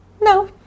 No